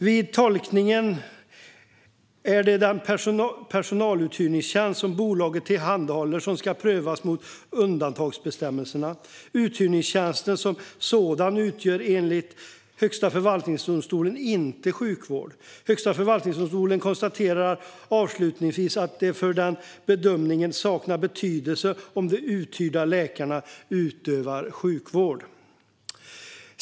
Vid tolkningen är det den personaluthyrningstjänst som bolaget tillhandahåller som ska prövas mot undantagsbestämmelserna. Uthyrningstjänsten som sådan utgör enligt Högsta förvaltningsdomstolen inte sjukvård. Högsta förvaltningsdomstolen konstaterar avslutningsvis att det för bedömningen saknar betydelse om de uthyrda läkarna utövar sjukvård eller inte.